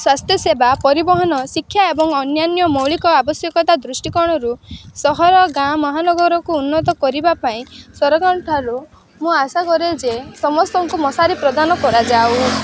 ସ୍ଵାସ୍ଥ୍ୟସେବା ପରିବହନ ଶିକ୍ଷା ଏବଂ ଅନ୍ୟାନ ମୌଳିକ ଆବଶ୍ୟକତା ଦୃଷ୍ଟିକୋଣରୁ ସହର ଗାଁ ମହାନଗରକୁ ଉନ୍ନତ କରିବା ପାଇଁ ସରକାରଙ୍କ ଠାରୁ ମୁଁ ଆଶା କରେ ଯେ ସମସ୍ତଙ୍କୁ ମଶାରୀ ପ୍ରଦାନ କରାଯାଉ